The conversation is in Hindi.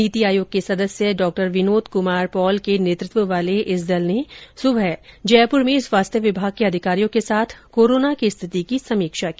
नीति आयोग के सदस्य डॉ विनोद कुमार पॉल के नेतृत्व वाले इस दल ने सुबह जयपुर में स्वास्थ्य विभाग के अधिकारियों के साथ कोरोना की स्थिति की सर्मोक्षा की